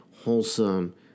wholesome